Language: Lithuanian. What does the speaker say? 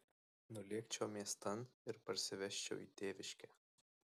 nulėkčiau miestan ir parsivežčiau į tėviškę